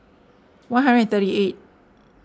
one hundred and thirty eight